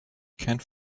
can’t